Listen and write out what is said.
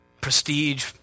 prestige